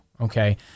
Okay